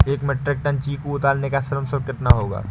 एक metric ton चीकू उतारने का श्रम शुल्क कितना होगा?